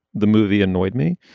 the movie annoyed me.